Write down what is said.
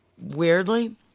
weirdly –